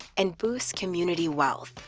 and boosts community wealth,